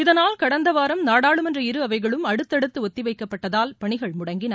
இதனால் கடந்த வாரம் நாடாளுமன்ற இரு அவைகளும் அடுத்தடுத்து ஒத்திவைக்கப்பட்டதால் பணிகள் முடங்கின